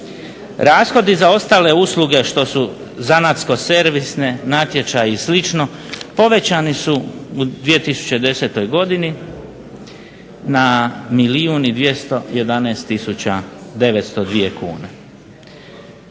Rashodi za ostale usluge što su zanatsko-servisne, natječaji i slično povećani u 2010. godini na milijun